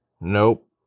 Nope